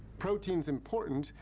protein's important,